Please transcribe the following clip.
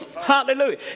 Hallelujah